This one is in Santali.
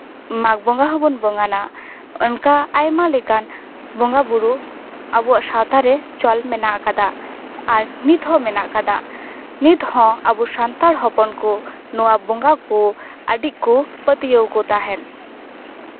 ᱢᱟᱜᱽ ᱵᱚᱸᱜᱟ ᱦᱚᱵᱚᱱ ᱵᱚᱸᱜᱟᱱᱟ ᱚᱱᱠᱟ ᱟᱭᱢᱟ ᱞᱮᱠᱟᱱ ᱵᱚᱸᱜᱟ ᱵᱳᱨᱳ ᱟᱵᱚᱣᱟᱜ ᱥᱟᱶᱛᱟ ᱨᱮ ᱪᱚᱞ ᱢᱮᱱᱟᱜ ᱠᱟᱫᱟ ᱟᱨ ᱱᱤᱛ ᱦᱚᱸ ᱢᱮᱱᱟᱜ ᱠᱟᱫᱟ ᱱᱤᱛ ᱦᱚᱸ ᱟᱵᱚ ᱥᱟᱱᱛᱟᱲ ᱦᱚᱯᱚᱱ ᱠᱚ ᱱᱚᱣᱟ ᱵᱚᱸᱜᱟ ᱠᱚ ᱟᱹᱰᱤ ᱠᱚ ᱯᱟᱹᱛᱭᱟᱹᱣ ᱟᱠᱚ ᱛᱟᱦᱮᱱ